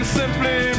simply